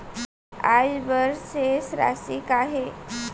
आज बर शेष राशि का हे?